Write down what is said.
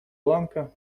ланка